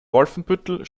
wolfenbüttel